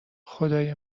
خدای